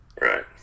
Right